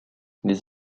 les